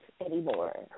anymore